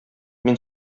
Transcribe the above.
мин